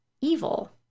evil